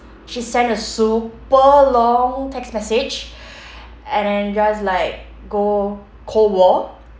she send a super long text message and then just like go cold war